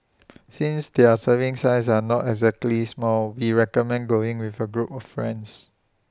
since their serving sizes are not exactly small we recommend going with A group of friends